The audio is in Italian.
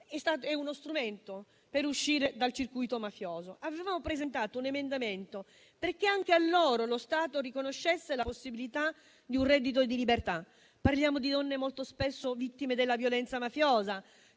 è uno strumento per uscire dal circuito mafioso. Avevamo presentato un emendamento perché anche a loro lo Stato riconoscesse la possibilità di un reddito di libertà. Parliamo di donne molto spesso vittime della violenza mafiosa,